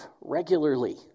regularly